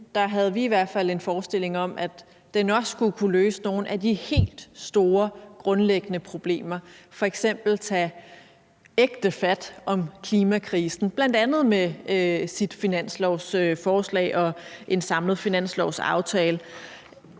havde vi i hvert fald også en forestilling om, at den skulle kunne løse nogle af de helt store og grundlæggende problemer, f.eks. at tage ægte fat om klimakrisen, bl.a. i dens finanslovsforslag og en samlet finanslovsaftale.